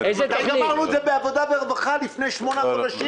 --- גמרנו את זה בוועדת העבודה והרווחה לפני 8 חודשים.